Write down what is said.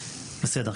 בסדר,